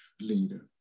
leader